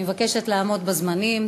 אני מבקשת לעמוד בזמנים.